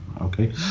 Okay